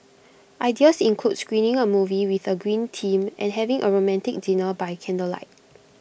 ideas include screening A movie with A green theme and having A romantic dinner by candlelight